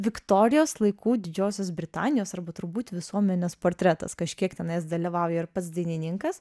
viktorijos laikų didžiosios britanijos arba turbūt visuomenės portretas kažkiek tenais dalyvauja ir pats dainininkas